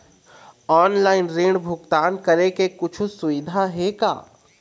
Online ऋण भुगतान करे के कुछू सुविधा हे का?